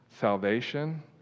salvation